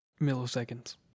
milliseconds